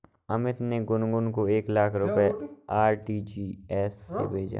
अमित ने गुनगुन को एक लाख रुपए आर.टी.जी.एस से भेजा